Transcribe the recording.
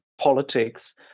politics